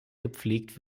gepflegt